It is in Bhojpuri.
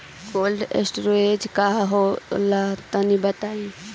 कोल्ड स्टोरेज का होला तनि बताई?